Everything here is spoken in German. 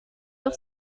doch